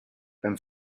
beim